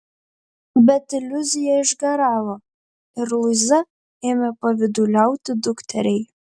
bet iliuzija išgaravo ir luiza ėmė pavyduliauti dukteriai